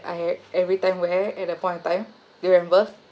I had every time wear at the point of time do you remember